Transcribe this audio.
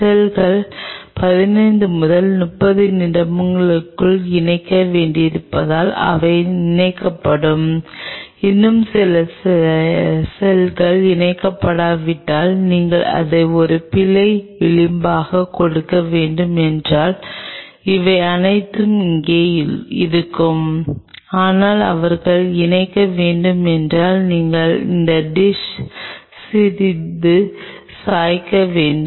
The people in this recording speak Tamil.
செல்கள் 15 முதல் 30 நிமிடங்களுக்குள் இணைக்க வேண்டியிருந்தால் அவை இணைக்கப்படும் இன்னும் சில செல்கள் இணைக்கப்படாவிட்டால் நீங்கள் இதை ஒரு பிழை விளிம்பாக கொடுக்க வேண்டும் என்றால் அவை அனைத்தும் அங்கே இருக்கும் ஆனால் அவர்கள் இணைக்க வேண்டும் என்றால் நீங்கள் இந்த டிஷ் சிறிது சாய்க்க வேண்டும்